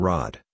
Rod